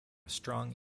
strong